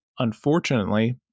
unfortunately